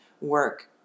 work